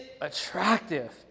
attractive